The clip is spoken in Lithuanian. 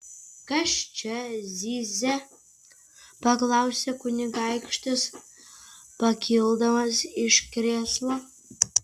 kas čia zyzia paklausė kunigaikštis pakildamas iš krėslo